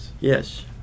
Yes